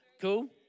Cool